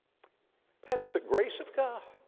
that's the grace of god,